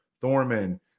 Thorman